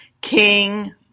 King